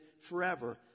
forever